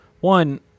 one